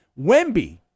Wemby